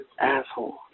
asshole